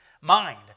mind